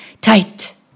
tight